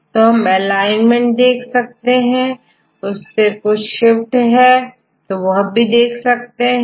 इसी तरह अगले सीक्वेंस में डायगोनल के ऊपर चित्र दिखाई दे रहा है